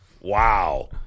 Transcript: Wow